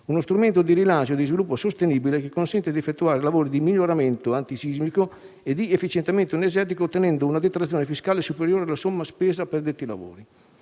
uno strumento di rilancio e di sviluppo sostenibile che consente di effettuare lavori di miglioramento antisismico e di efficientamento energetico, ottenendo una detrazione fiscale superiore alla somma spesa per i lavori;